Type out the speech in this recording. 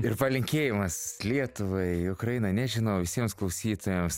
ir palinkėjimas lietuvai ukrainai nežinau visiems klausytojams